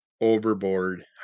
overboard